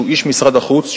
שהוא איש משרד החוץ,